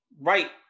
right